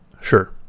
sure